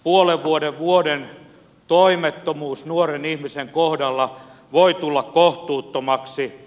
puolen vuoden vuoden toimettomuus nuoren ihmisen kohdalla voi tulla kohtuuttomaksi